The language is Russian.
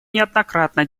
неоднократно